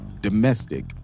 domestic